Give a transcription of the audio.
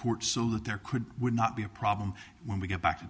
court so that there could would not be a problem when we go back to